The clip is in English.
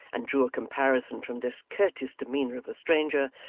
and drew a comparison from this courteous demeanour of a stranger,